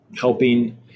helping